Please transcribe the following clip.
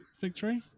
victory